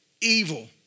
evil